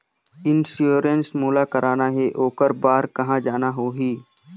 Insurance मोला कराना हे ओकर बार कहा जाना होही?